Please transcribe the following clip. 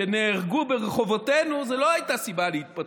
שנהרגו ברחובותינו לא היו סיבה להתפטרות,